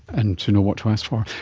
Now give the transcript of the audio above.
and to know what to ask for.